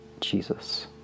Jesus